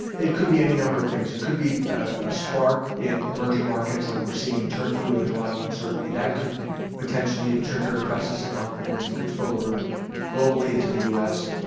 it could be any number of things. it could be a spark in emerging markets like we're seeing in turkey where there's a lot of uncertainty, that could potentially trigger a crisis of confidence and could spill over globally into the u s.